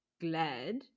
glad